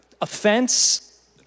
Offense